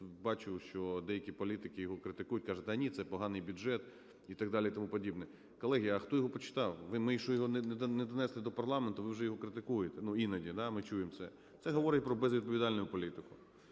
бачу, що деякі політики його критикують, кажуть, що ні, це поганий бюджет і так далі, і тому подібне. Колеги, а хто його почитав? Ми його ще не занесли до парламенту, то ви його вже критикуєте, ну, іноді ми чуємо це. Це говорить про безвідповідальну політику.